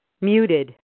Muted